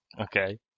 Okay